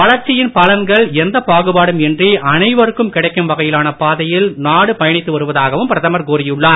வளர்ச்சியின் பலன்கள் எந்தப் பாகுபாடும் இன்றி அனைவருக்கும் கிடைக்கும் வகையிலான பாதையில் நாடு பயணித்து வருவதாகவும் பிரதமர் கூறியுள்ளார்